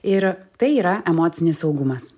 ir tai yra emocinis saugumas